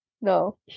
No